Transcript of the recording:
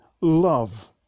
love